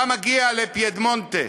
אתה מגיע לפיידמונטה.